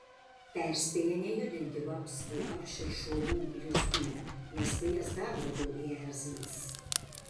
perspėja nejudinti vapsvų ar širšuolų lizdų nes tai jas dar labiau įerzins